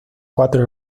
cuatro